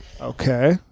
Okay